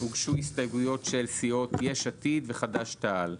הוגשו הסתייגויות של סיעות יש עתיד וחד"ש-תע"ל.